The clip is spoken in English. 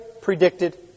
predicted